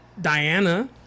diana